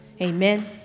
Amen